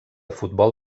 futbol